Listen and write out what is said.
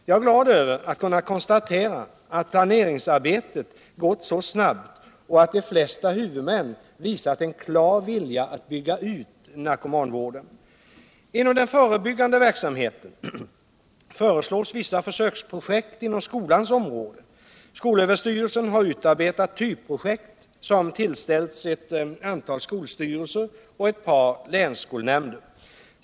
Jag är glad över att kunna konstatera att planeringsarbetet gått så snabbt och att de flesta huvudmän visat en klar vilja att bygga ut narkomanvården. Inom den förebyggande verksamheten föreslås vissa försöksprojekt inom skolans område. Skolöverstyrelsen har utarbetat typprojekt, som tillställts ett antal skolstyrelser och ett par länsskolnämnder.